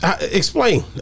explain